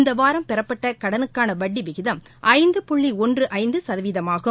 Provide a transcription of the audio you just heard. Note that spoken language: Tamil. இந்த வாரம் பெறப்பட்ட கடனுக்கான வட்டி விகிதம் ஐந்து புள்ளி ஒன்று ஐந்து சதவீதமாகும்